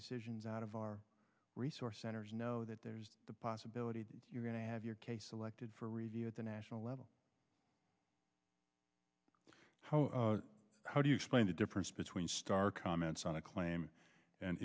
decisions out of our resource centers know that there's the possibility you're going to have your case selected for review at the national level how do you explain the difference between star comments on a claim and